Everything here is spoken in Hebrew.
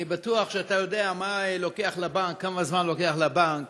אני בטוח שאתה יודע כמה זמן לוקח לבנק